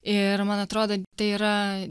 ir man atrodo tai yra